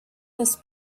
this